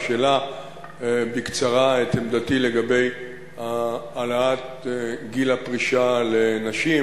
שלה בקצרה את עמדתי לגבי העלאת גיל הפרישה לנשים.